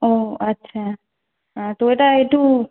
ও আচ্ছা তো ওটা একটু